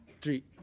Three